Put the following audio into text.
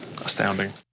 astounding